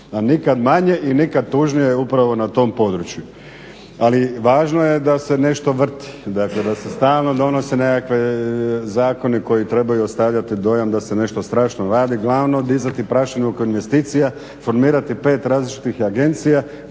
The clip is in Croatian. nikad manje i nikad tužnije upravo na tom području. Ali, važno je da se nešto vrti. Dakle, da se stalno donose nekakvi zakoni koji trebaju ostavljati dojam da se nešto strašno radi, glavno je dizati prašinu oko investicija, formirati pet različitih agencija